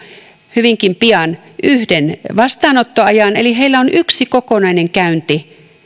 hyvinkin pian yhden vastaanottoajan eli heillä on yksi kokonainen käynti